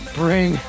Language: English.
bring